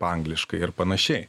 angliškai ar panašiai